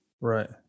Right